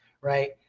right